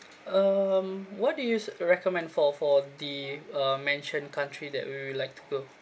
um what do you recommend for for the uh mentioned country that we will like to go